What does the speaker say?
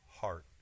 heart